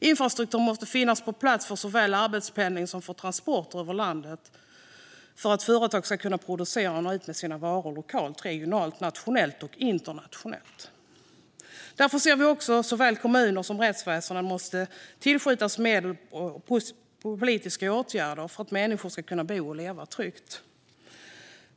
Infrastruktur måste finnas på plats för såväl arbetspendling som transporter över landet för att företag ska kunna producera och nå ut med sina varor lokalt, regionalt, nationellt och internationellt. För att människor ska kunna bo och leva tryggt behöver såväl kommuner som rättsväsen politiska åtgärder och mer medel.